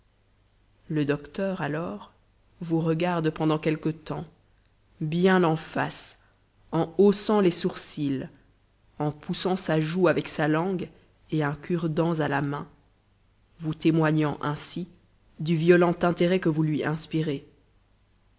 le docteur alors vous regarde pendant quelque temps bien en face en haussant les sourcils en poussant sa joue avec sa langue et un cure-dents à la main vous témoignant ainsi du violent intérêt que vous lui inspirez